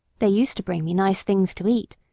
they used to bring me nice things to eat,